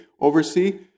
oversee